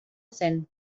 zen